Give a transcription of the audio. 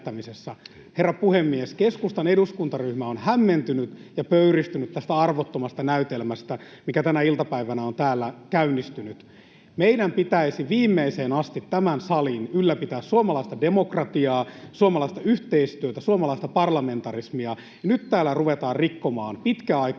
Herra puhemies! Keskustan eduskuntaryhmä on hämmentynyt ja pöyristynyt tästä arvottomasta näytelmästä, mikä tänä iltapäivänä on täällä käynnistynyt. Meidän pitäisi viimeiseen asti, tämän salin, ylläpitää suomalaista demokratiaa, suomalaista yhteistyötä, suomalaista parlamentarismia, ja nyt täällä ruvetaan rikkomaan pitkäaikaisia